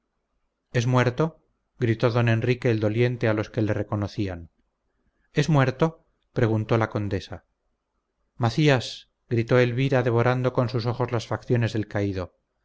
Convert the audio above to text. es muerto gritó don enrique el doliente a los que le reconocían es muerto preguntó la condesa macías gritó elvira devorando con sus ojos las facciones del caído